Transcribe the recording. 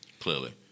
Clearly